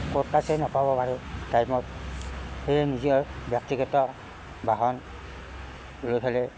পটকাছেই নাপাব পাৰে টাইমত সেয়ে নিজৰ ব্যক্তিগত বাহন লৈ ফেলে